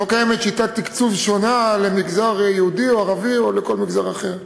לא קיימת שיטת תקצוב שונה למגזר יהודי או ערבי או לכל מגזר אחר.